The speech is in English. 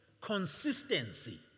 consistency